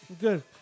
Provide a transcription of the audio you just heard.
Good